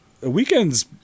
weekends